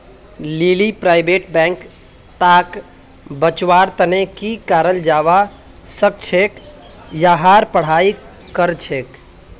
लीली private bank लाक बचव्वार तने की कराल जाबा सखछेक यहार पढ़ाई करछेक